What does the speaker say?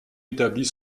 établit